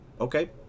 okay